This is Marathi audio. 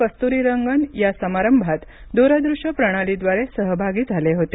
कस्तुरीरंगन या समारंभात दूरदृश्य प्रणालीद्वारे सहभागी झाले होते